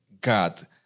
God